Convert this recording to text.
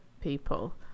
people